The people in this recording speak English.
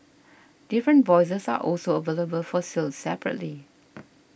different voices are also available for sale separately